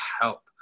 help